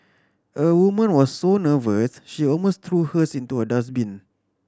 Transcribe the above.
a woman was so nervous she almost threw hers into a dustbin